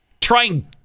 Trying